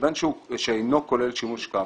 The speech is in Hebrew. ובין שאינו כולל שימוש כאמור.